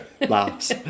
laughs